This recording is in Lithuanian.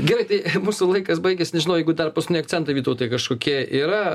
gerai tai mūsų laikas baigėsi nežinau jeigu dar paskutiniai akcentai vytautai kažkokie yra